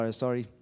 sorry